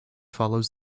follows